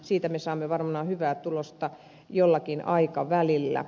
siitä me saamme varmaan hyvää tulosta jollakin aikavälillä